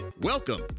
Welcome